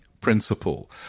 principle